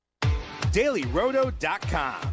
DailyRoto.com